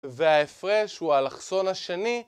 וההפרש הוא האלכסון השני